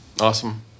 Awesome